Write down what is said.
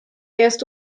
erste